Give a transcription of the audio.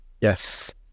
Yes